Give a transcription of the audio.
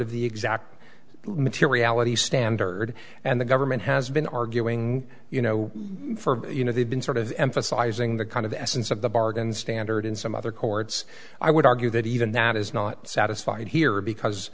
of the exact materiality standard and the government has been arguing you know for you know they've been sort of emphasizing the kind of essence of the bargain standard in some other courts i would argue that even that is not satisfied here because